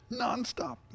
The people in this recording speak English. nonstop